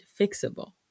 fixable